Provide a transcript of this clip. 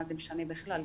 מה זה משנה בכלל,